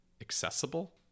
accessible